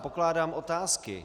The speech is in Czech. Pokládám otázky.